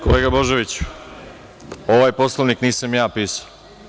Kolega Božoviću, ovaj Poslovnik nisam ja pisao.